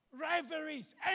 Rivalries